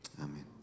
Amen